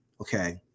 okay